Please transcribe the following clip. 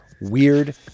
weird